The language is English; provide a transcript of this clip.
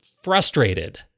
frustrated